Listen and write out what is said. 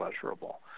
pleasurable